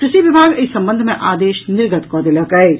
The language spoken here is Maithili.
कृषि विभाग एहि संबंध मे आदेश निर्गत कऽ देलक अछि